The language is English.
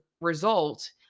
result